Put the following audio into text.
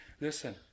Listen